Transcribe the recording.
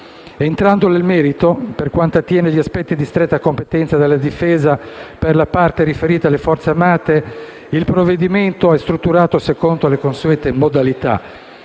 Entrando nel merito, per quanto attiene agli aspetti di stretta competenza della Difesa e per la parte riferita alle Forze armate, il provvedimento è strutturato secondo le consuete modalità,